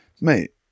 mate